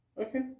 okay